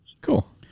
Cool